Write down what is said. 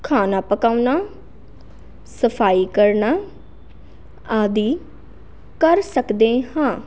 ਖਾਣਾ ਪਕਾਉਣਾ ਸਫਾਈ ਕਰਨਾ ਆਦਿ ਕਰ ਸਕਦੇ ਹਾਂ